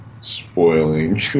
spoiling